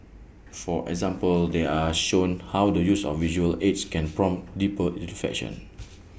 for example they are shown how the use of visual aids can prompt deeper reflection